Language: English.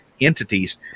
entities